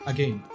Again